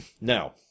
now